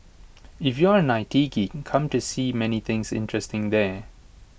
if you are an I T geek come to see many things interesting there